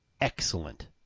excellent